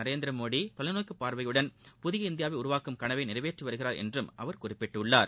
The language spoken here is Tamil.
நரேந்திரமோடி தொலைநோக்கு பார்வையுடன் புதிய இந்தியாவை உருவாக்கும் கனவை நிறைவேற்றி வருகிறார் அவர் என்றும் குறிப்பிட்டுள்ளார்